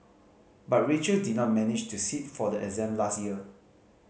but Rachel did not manage to sit for the exam last year